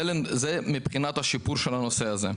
זה מבחינת השיפור של הנושא הזה.